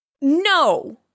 no